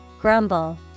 grumble